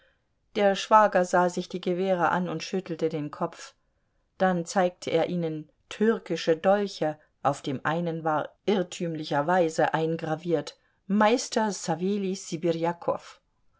der schwager sah sich die gewehre an und schüttelte den kopf dann zeigte er ihnen türkische dolche auf dem einen war irrtümlicherweise eingraviert meister